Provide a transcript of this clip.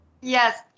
Yes